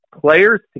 players